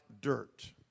dirt